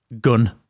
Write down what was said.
gun